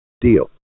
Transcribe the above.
deal